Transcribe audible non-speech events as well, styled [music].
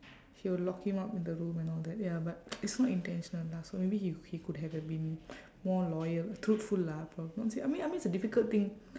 he will lock him up in the room and all that ya but [noise] it's not intentional lah so maybe he he could have have have been more loyal truthful lah prob~ not say I mean I mean it's a difficult thing